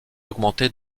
augmentée